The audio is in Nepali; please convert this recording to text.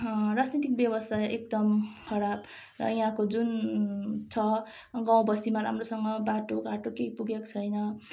राजनैतिक व्यवस्था एकदम खराब र यहाँको जुन छ गाउँबस्तीमा राम्रोसँग बाटोघाटो केही पुगेको छैन